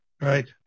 Right